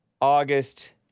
August